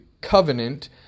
covenant